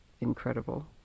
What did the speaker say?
incredible